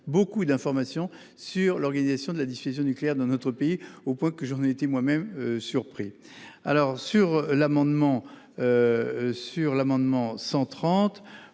beaucoup d'informations sur l'organisation de la dissuasion nucléaire dans notre pays, à tel point que j'en ai été moi-même surpris. Nous avons demandé